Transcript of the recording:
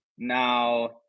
Now